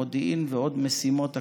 מודיעין ועוד משימות אחרות.